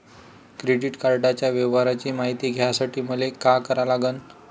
Credit कार्डाच्या व्यवहाराची मायती घ्यासाठी मले का करा लागन?